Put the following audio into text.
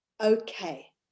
okay